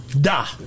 Da